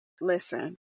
listen